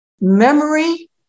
Memory